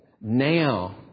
now